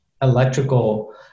Electrical